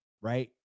right